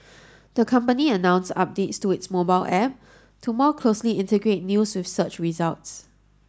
the company announced updates to its mobile app to more closely integrate news with search results